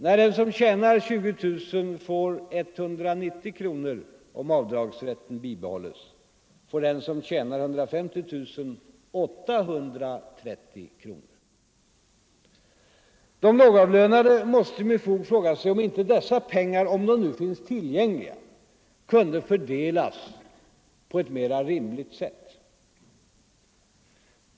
När den som tjänar 20000 kronor får 190 kronor om avdragsrätten behålles, får den som tjänar 150 000 kronor hela 830 kronor. De lågavlönade måste ju med fog fråga sig om inte dessa pengar — om de nu finns tillgängliga — kunde fördelas på ett mer rimligt sätt.